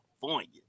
California